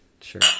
sure